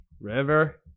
River